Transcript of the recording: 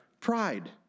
pride